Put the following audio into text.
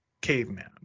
caveman